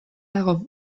dago